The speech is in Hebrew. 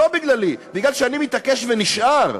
לא בגללי, מכיוון שאני מתעקש ונשאר,